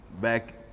back